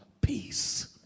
peace